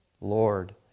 Lord